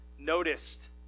noticed